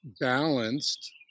balanced